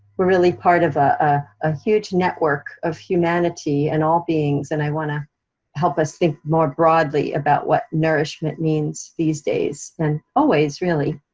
we're really part of a ah huge network of humanity and all beings, and i wanna help us think more broadly about what nourishment means these days, and always really.